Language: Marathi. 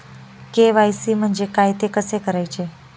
के.वाय.सी म्हणजे काय? ते कसे करायचे?